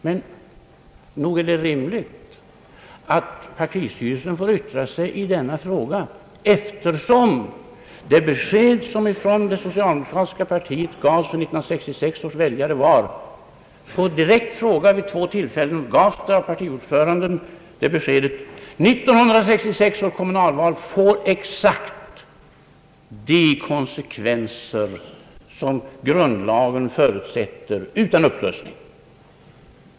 Men nog är det rimligt att partistyrelsen får yttra sig i denna fråga eftersom det besked som på direkt fråga vid två tillfällen gavs av ordföranden för det socialdemokratiska partiet till 1966 års väljare var detta: 1966 års kommunalval får exakt de konsekvenser som grundlagen förutsätter utan upplösning.